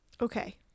Okay